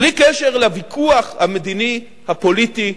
בלי קשר לוויכוח המדיני, הפוליטי,